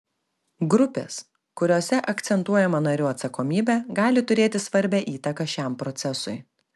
grupės kuriose akcentuojama narių atsakomybė gali turėti svarbią įtaką šiam procesui